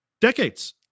decades